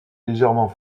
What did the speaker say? légèrement